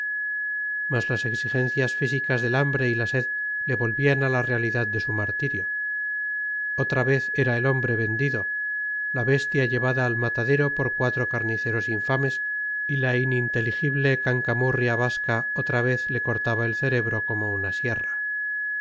las exigencias físicas del hambre y la sed le volvían a la realidad de su martirio otra vez era el hombre vendido la bestia llevada al matadero por cuatro carniceros infames y la ininteligible cancamurria vasca otra vez le cortaba el cerebro como una sierra